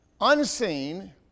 unseen